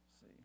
see